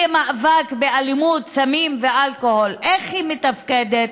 למאבק באלימות, סמים ואלכוהול, איך היא מתפקדת?